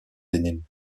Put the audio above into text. benin